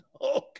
Okay